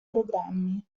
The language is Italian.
programmi